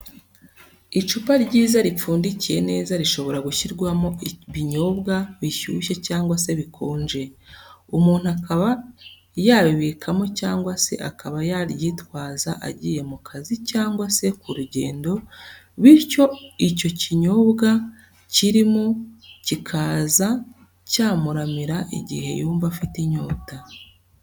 Icupa ryiza ripfundikiye neza rishobora gushyirwamo ibinyobwa bishushye cyangwa se bikonje, umuntu akaba yabibikamo cyangwa se akaba yaryitwaza agiye mu kazi cyangwa se ku rugendo bityo icyo kinyobwa kirimo kikaza cyamuramira igihe yumva afite inyota.